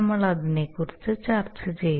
നമ്മൾ അതിനെക്കുറിച്ച് ചർച്ചചെയ്തു